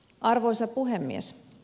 arvoisa puhemies